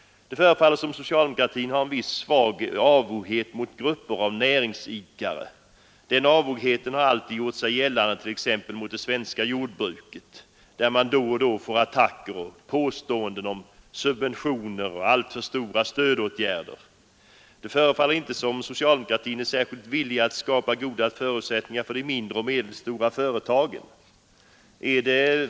Det förefaller som om socialdemokratin har en viss avoghet mot grupper av näringsidkare. Denna har alltid gjort sig gällande t.ex. mot det svenska jordbruket som då och då blir utsatt för attacker med påståenden om subventioner och alltför stora stödåtgärder. Det förefaller inte som om socialdemokratin är särskilt villig att skapa goda förutsättningar för de mindre och medelstora företagen.